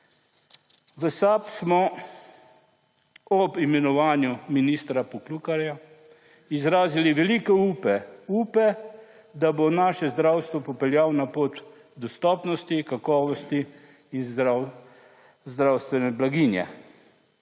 V SAB smo ob imenovanju ministra Poklukarja izrazili velike upe, upe, da bo naše zdravstvo popeljal na pot dostopnosti, kakovosti in zdravstvene blaginje.